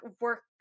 work